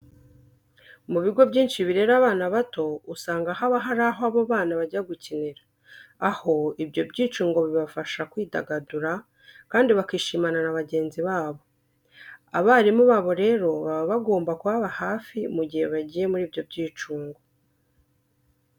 Mu bigo byinshi birera abana bato usanga haba hari aho abo bana bajya gukinira, aho ibyo byicungo bibafasha mu kwidagadura kandi bakishimana na bagenzi babo. Abarimu babo rero baba bagomba kubaba hafi mu gihe bagiye muri ibyo byicungo.